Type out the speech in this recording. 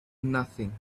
nothing